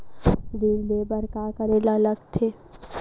ऋण ले बर का करे ला लगथे?